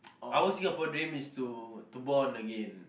our Singapore dream is not bond again